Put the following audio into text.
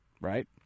Right